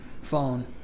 phone